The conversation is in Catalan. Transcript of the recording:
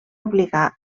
obligar